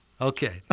Okay